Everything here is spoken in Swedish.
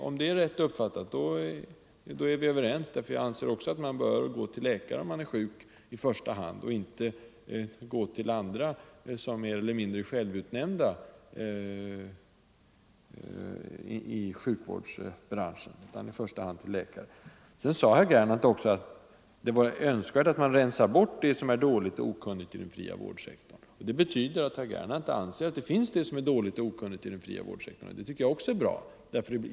Om det är rätt uppfattat är vi överens, eftersom jag också anser att man bör gå till läkare om man är sjuk och inte till andra som är mer eller mindre självutnämnda i sjukvårdsbranschen. Sedan sade herr Gernandt att det är önskvärt att man rensar bort det som är dåligt och okunnigt i den fria vårdsektorn. Det betyder att herr Gernandt anser att det finns det som är dåligt och okunnigt i den fria vårdsektorn. Det är bra att han säger detta.